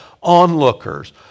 onlookers